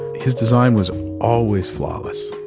his design was always flawless.